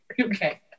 Okay